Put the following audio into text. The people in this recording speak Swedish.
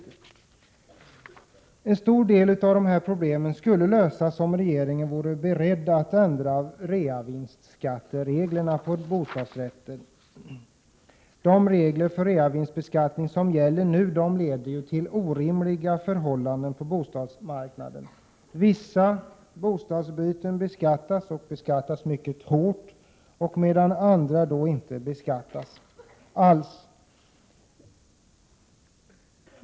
En stor del av problemen skulle lösas om regeringen vore beredd att ändra reavinstskattereglerna för bostadsrätter. De regler som nu gäller leder till orimliga förhållanden på bostadsmarknaden. Vissa bostadsbyten beskattas — och beskattas mycket hårt — medan andra inte beskattas alls.